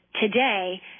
Today